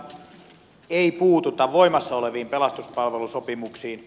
tässähän ei puututa voimassa oleviin pelastuspalvelusopimuksiin